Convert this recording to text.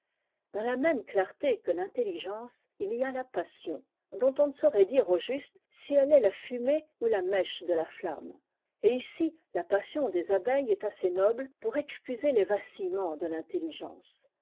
dans la même clarté que tintelligence il y a la passion dont on ne saurait dire au juste si elle est la fumée ou la mèche de la flamme et ici la passion des abeilles est assez noble pour excuser les vacillements de rinlelligence